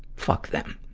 fuck them.